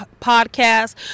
Podcast